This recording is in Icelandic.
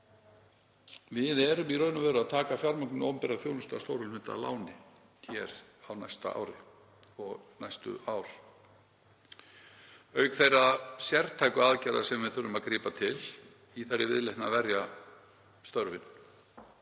Við erum í raun og veru að taka fjármögnun opinberrar þjónustu að stórum hluta að láni hér á næsta ári og næstu ár, auk þeirra sértæku aðgerða sem við þurfum að grípa til í þeirri viðleitni að verja störf